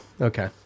okay